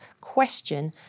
question